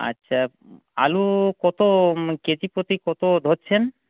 আচ্ছা আলু কত কেজি প্রতি কত ধরছেন